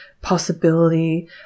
possibility